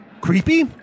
creepy